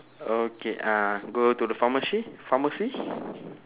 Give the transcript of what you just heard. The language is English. okay uh go to the pharmacy pharmacy